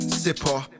zipper